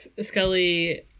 Scully